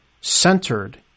centered